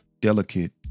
delicate